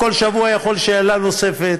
הוא כל שבוע יכול לשאול שאלה נוספת,